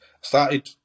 started